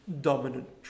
dominant